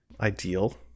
Ideal